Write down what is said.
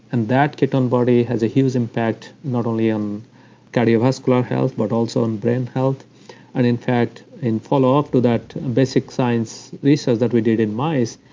and that ketone body has a huge impact not only on um cardiovascular health but also on brain health and in fact, in follow-up to that basic science research that we did in mice,